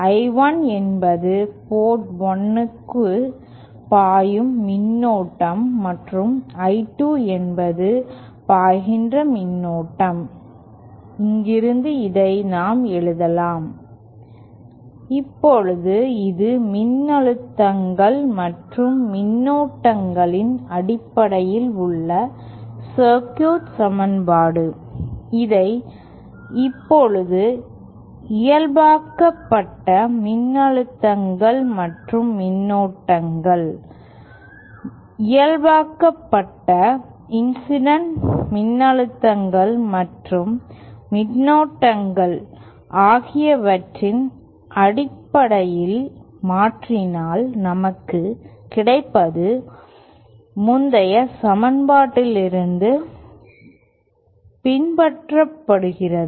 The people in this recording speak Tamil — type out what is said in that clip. I1 என்பது போர்ட் 1 க்குள் பாயும் மின்னோட்டம் மற்றும் I2 என்பது பாய்கின்ற மின்னோட்டம் இங்கிருந்து இதை நாம் எழுதலாம் இப்போது இது மின்னழுத்தங்கள் மற்றும் மின்னோட்டங்களின் அடிப்படையில் உள்ள சர்க்யூட் சமன்பாடு இதை இப்போது இயல்பாக்கப்பட்ட மின்னழுத்தங்கள் மற்றும் மின்னோட்டங்கள் இயல்பாக்கப்பட்ட இன்சிடென்ட் மின்னழுத்தங்கள் மற்றும் மின்னோட்டங்கள் ஆகியவற்றின் அடிப்படையில் மாற்றினால் நமக்குக் கிடைப்பது முந்தைய சமன்பாட்டிலிருந்து பின்பற்றப்படுகிறது